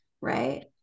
right